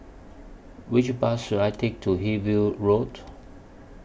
Which Bus should I Take to Hillview Road